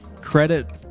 credit